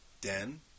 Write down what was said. Den